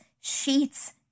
Sheets